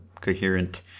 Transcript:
coherent